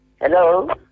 Hello